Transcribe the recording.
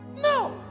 no